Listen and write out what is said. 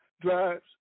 drives